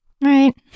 Right